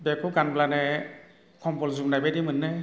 बेखौ गानब्लानो खम्बल जोमनाय बायदि मोनो